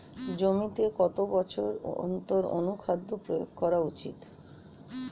জমিতে কত বছর অন্তর অনুখাদ্য প্রয়োগ করা উচিৎ?